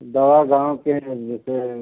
दवा गाँव की लेते हैं